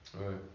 right